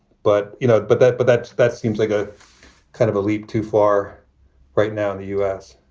but, you know, but that but that's that seems like a kind of a leap too far right now in the u s.